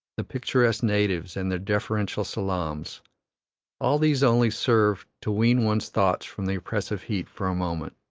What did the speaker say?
the picturesque natives and their deferential salaams all these only serve to wean one's thoughts from the oppressive heat for a moment.